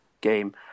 game